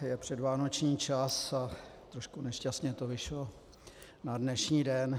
Je předvánoční čas a trošku nešťastně to vyšlo na dnešní den.